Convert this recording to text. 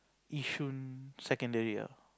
Yishun secondary ah